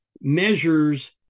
measures